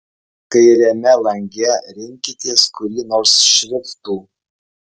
kairiame lange rinkitės kurį nors šriftų